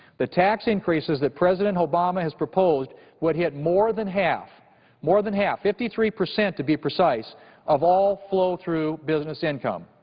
the tax increases that president obama has proposed would hit more than half more than half, fifty three percent to be precise of all flow-through business income.